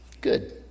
Good